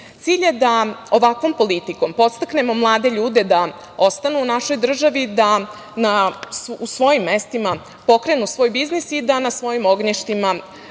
je da ovakvom politikom podstaknemo mlade ljude da ostanu u našoj državi, da na svojim mestima pokrenu svoj biznis i da na svojim ognjištima